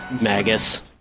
Magus